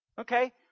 Okay